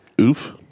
Oof